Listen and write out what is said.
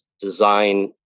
design